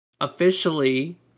Officially